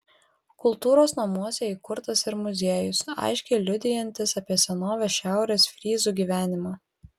kultūros namuose įkurtas ir muziejus aiškiai liudijantis apie senovės šiaurės fryzų gyvenimą